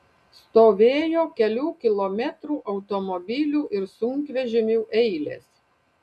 stovėjo kelių kilometrų automobilių ir sunkvežimių eilės